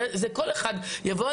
כך כל אחד יבוא,